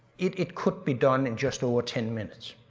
it it could be done in just over ten minutes.